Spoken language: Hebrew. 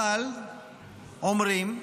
אבל אומרים,